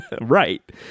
Right